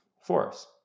force